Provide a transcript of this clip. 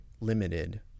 limited